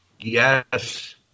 Yes